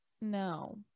No